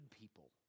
people